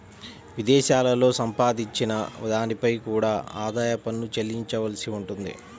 విదేశాలలో సంపాదించిన దానిపై కూడా ఆదాయ పన్ను చెల్లించవలసి ఉంటుంది